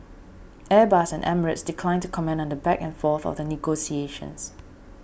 Airbus and Emirates declined to comment on the back and forth of the negotiations